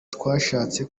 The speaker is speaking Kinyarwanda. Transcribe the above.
twashatse